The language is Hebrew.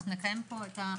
אנחנו נציין את התיקון.